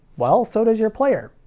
well, so does your player.